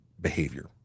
behavior